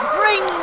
bring